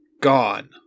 gone